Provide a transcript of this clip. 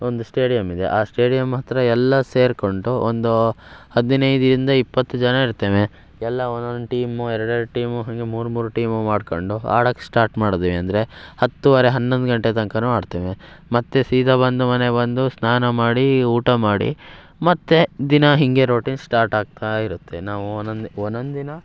ಒಂದು ಸ್ಟೇಡಿಯಂ ಇದೆ ಆ ಸ್ಟೇಡಿಯಂ ಹತ್ತಿರ ಎಲ್ಲ ಸೇರಿಕೊಂಡು ಒಂದು ಹದಿನೈದ್ರಿಂದ ಇಪ್ಪತ್ತು ಜನ ಇರ್ತೇವೆ ಎಲ್ಲ ಒಂದೊಂದು ಟೀಮು ಎರಡೆರಡು ಟೀಮು ಹೀಗೆ ಮೂರು ಮೂರು ಟೀಮು ಮಾಡ್ಕೊಂಡು ಆಡಕ್ಕೆ ಸ್ಟಾರ್ಟ್ ಮಾಡಿದ್ವಿ ಅಂದರೆ ಹತ್ತುವರೆ ಹನ್ನೊಂದು ಗಂಟೆ ತನಕನೂ ಆಡ್ತೇವೆ ಮತ್ತೆ ಸೀದಾ ಬಂದು ಮನೆಗೆ ಬಂದು ಸ್ನಾನ ಮಾಡಿ ಊಟ ಮಾಡಿ ಮತ್ತೆ ದಿನಾ ಹೀಗೆ ರೊಟೀನ್ ಸ್ಟಾರ್ಟ್ ಆಗ್ತಾ ಇರುತ್ತೆ ನಾವು ಒಂದೊಂದು ಒಂದೊಂದ್ ದಿನ